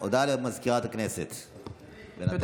לא קיבלנו הודעת התנגדות להצעת החוק.